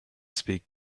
speak